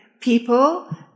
people